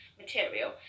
material